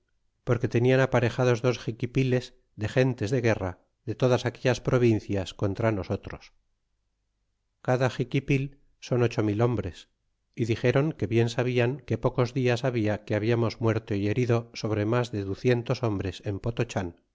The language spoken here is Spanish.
porque tenian aparejados dos xiquipiles de gentes de guerra de todas aquellas provincias contra nosotros cada xiquipil son ocho mil hombres dixéron que bien sabian que pocos dias halda que hablamos muerto y herido sobre mas de ducientos hombres en